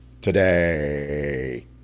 today